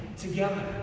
together